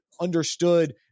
understood